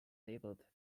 labeled